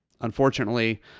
Unfortunately